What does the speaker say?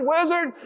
Wizard